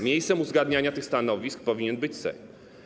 Miejscem uzgadniania tych stanowisk powinien być Sejm.